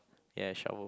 ya shovel